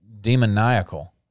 Demoniacal